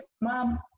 Mom